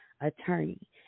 attorney